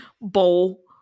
Bowl